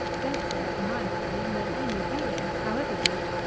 better, in my opinion, than any beer, however good.